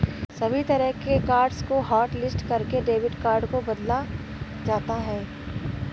सभी तरह के कार्ड्स को हाटलिस्ट करके डेबिट कार्ड को बदला जाता है